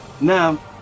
Now